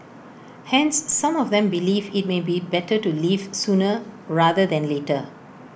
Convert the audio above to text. hence some of them believe IT may be better to leave sooner rather than later